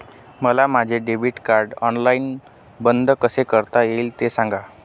मला माझे debit card online बंद कसे करता येईल, ते सांगा